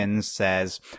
says